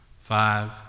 five